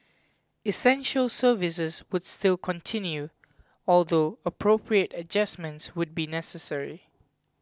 essential services would still continue although appropriate adjustments would be necessary